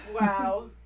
Wow